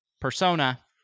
Persona